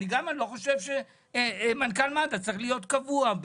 אני לא חושב שמנכ"ל מד"א צריך להיות קבוע.